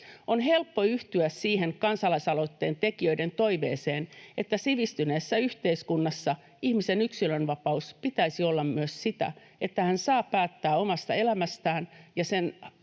On helppo yhtyä siihen kansalaisaloitteen tekijöiden toiveeseen, että sivistyneessä yhteiskunnassa ihmisen yksilönvapauden pitäisi olla myös sitä, että hän saa päättää omasta elämästään ja sen